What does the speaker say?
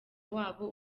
wabo